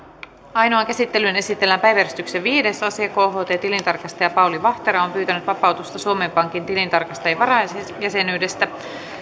ainoaan käsittelyyn esitellään päiväjärjestyksen viides asia kht tilintarkastaja pauli vahtera on pyytänyt vapautusta suomen pankin tilintarkastajien varajäsenyydestä